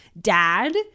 Dad